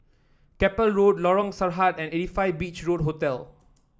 Keppel Road Lorong Sarhad and eight five Beach Road Hotel